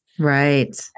Right